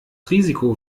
risiko